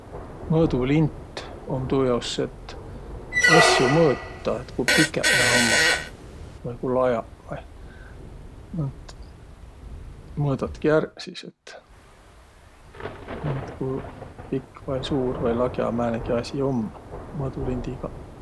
Mõõdulint um tuujaos, et asjo mõõtaq, et ku pikäq naaq ummaq. Vai ku lajaq vai. No et mõõdatki ärq sis, et et ku pikk vai suur vai lag'a määnegi asi um, mõõdulindigaq.